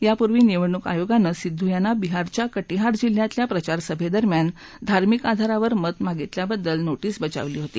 यापूर्वी निवडणूक आयोगानं सिद्ध यांना बिहारच्या कटिहार जिल्ह्यातल्या प्रचार सभद्धुम्यान धार्मिक आधारावर मत मागितल्याबद्दल नोटीस बजावली होती